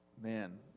man